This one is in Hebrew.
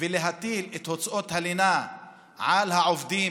ולהטיל את הוצאות הלינה על העובדים,